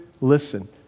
Listen